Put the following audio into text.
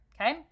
okay